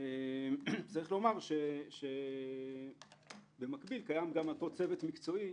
יש לומר שבמקביל קיים אותו צוות מקצועי